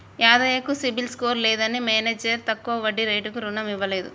యాదయ్య కు సిబిల్ స్కోర్ లేదని మేనేజర్ తక్కువ వడ్డీ రేటుకు రుణం ఇవ్వలేదు